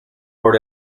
por